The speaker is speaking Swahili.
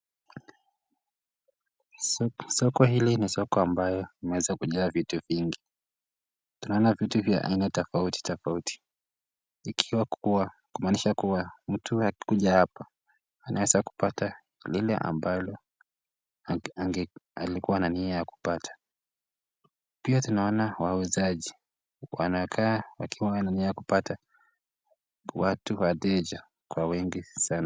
Soko hili ni soko ambayo imeweza kujaa vitu vingi. Tunaona vitu vya aina tofauti tofauti, kumanisha kuwa mtu akikuja hapa anaweza kupata lile ambalo alikuwa na nia ya kupata, pia tunaona wauzaji wanakaa wakiwa na nia ya kupata watu wateja kwa wengi sana.